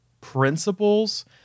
principles